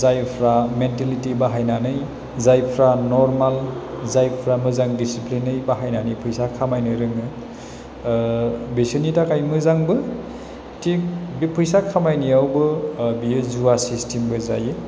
जायफ्रा मेनटेलिटि बाहायनानै जायफ्रा नरमाल जायफ्रा मोजां दिसिफ्लिनै बाहायनानै फैसा खामायनो रोङो बेसोरनि थाखाय मोजांबो थिग बि फैसा खामायनायावबो बियो जुवा सिसटिमबो जायो